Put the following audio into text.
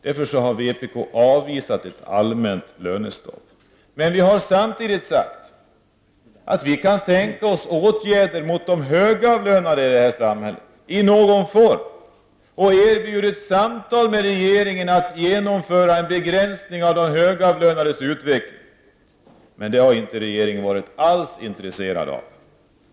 Därför har vpk avvisat ett allmänt lönestopp, men vi har samtidigt sagt att vi kan tänka oss åtgärder i någon form mot de högavlönade i samhället och erbjudit samtal med regeringen för att genomföra en begränsning av de högavlönades löneutveckling. Men detta har inte regeringen alls varit intresserad av.